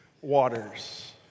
waters